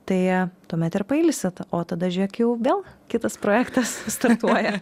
tai tuomet ir pailsit o tada žiūrėk jau vėl kitas projektas startuoja